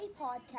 podcast